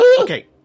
okay